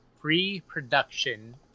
pre-production